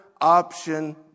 option